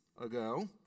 ago